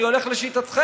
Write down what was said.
אני הולך לשיטתכם.